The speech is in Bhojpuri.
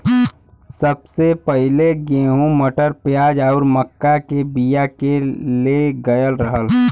सबसे पहिले गेंहू, मटर, प्याज आउर मक्का के बिया के ले गयल रहल